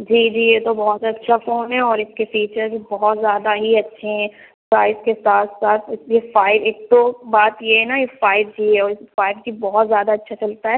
جی جی یہ تو بہت اچھا فون ہے اور اِس کے فیچر بھی بہت زیادہ ہی اچھے ہیں پرائز کے ساتھ ساتھ اِس میں فائیو ایک تو بات یہ ہے نا یہ فائیو جی ہے اور فائیو جی بہت زیادہ اچھا چلتا ہے